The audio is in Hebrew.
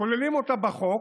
כוללים אותה בחוק,